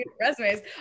resumes